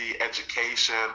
education